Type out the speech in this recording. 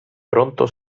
pronto